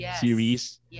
series